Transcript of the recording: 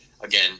Again